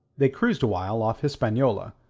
they cruised awhile off hispaniola,